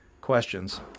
questions